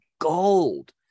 gold